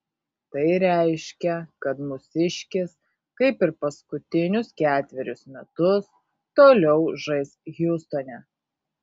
tai reiškia kad mūsiškis kaip ir paskutinius ketverius metus toliau žais hjustone